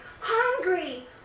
Hungry